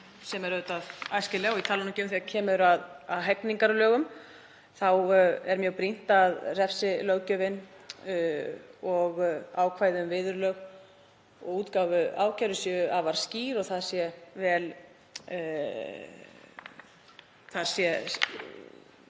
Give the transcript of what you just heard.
sem er æskileg, ég tala nú ekki um þegar kemur að hegningarlögum, þá er mjög brýnt að refsilöggjöfin og ákvæði um viðurlög og útgáfu ákæru séu afar skýr og það sé skilgreint